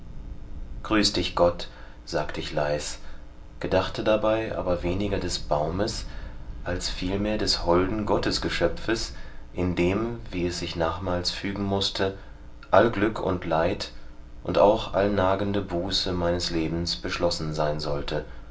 grüß dich gott sagte ich leis gedachte dabei aber weniger des baumes als vielmehr des holden gottesgeschöpfes in dem wie es sich nachmals fügen mußte all glück und leid und auch all nagende buße meines lebens beschlossen sein sollte